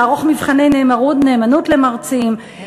לערוך מבחני נאמנות למרצים.